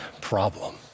problem